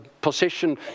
position